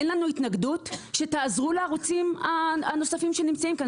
אין לנו התנגדות שתעזרו לערוצים הנוספים שנמצאים כאן,